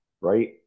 Right